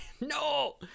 No